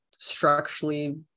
structurally